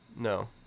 No